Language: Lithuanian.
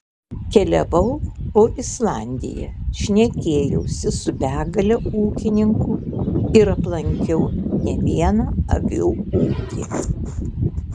keliavau po islandiją šnekėjausi su begale ūkininkų ir aplankiau ne vieną avių ūkį